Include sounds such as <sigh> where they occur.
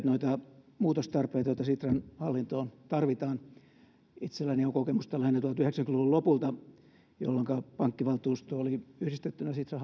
<unintelligible> noita muutostarpeita joita sitran hallintoon tarvitaan itselläni on kokemusta lähinnä tuhatyhdeksänsataayhdeksänkymmentä luvun lopulta jolloinka pankkivaltuusto oli yhdistettynä sitran <unintelligible>